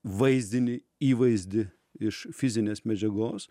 vaizdinį įvaizdį iš fizinės medžiagos